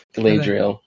Galadriel